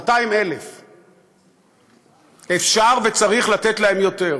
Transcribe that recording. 200,000. אפשר וצריך לתת להם יותר.